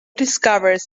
discovers